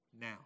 now